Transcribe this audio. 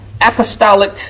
apostolic